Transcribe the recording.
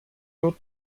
wird